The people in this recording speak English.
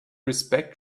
respect